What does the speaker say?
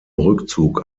rückzug